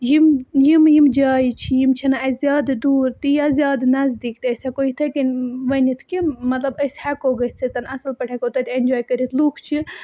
یِم یِم یِم جایہِ چھِ یِم چھِنہٕ اَسہِ زیادٕ دوٗر تہِ یا زیادٕ نزدیٖک تہِ أسۍ ہیٚکو یِتھَے کٔنۍ ؤنِتھ کہِ مطلب أسۍ ہیٚکو گٔژھِتھ اَصٕل پٲٹھ ہیٚکو تَتہِ اٮ۪نجاے کٔرِتھ لُکھ چھِ